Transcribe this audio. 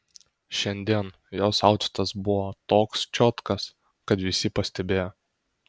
šiandien jos autfitas buvo toks čiotkas kad visi pastebėjo